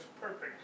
perfect